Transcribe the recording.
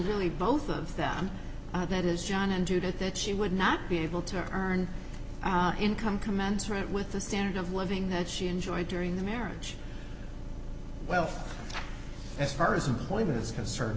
really both of them that is john and judith that she would not be able to earn income commensurate with the standard of living that she enjoyed during the marriage well as far as employment is concerned